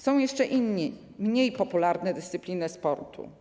Są jeszcze inne, mniej popularne dyscypliny sportu.